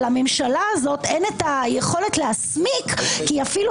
לממשלה הזאת אין את היכולת להסמיק כי אפילו